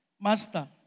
Master